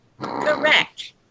Correct